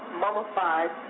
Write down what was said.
mummified